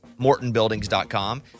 MortonBuildings.com